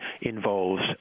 involves